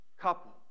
couple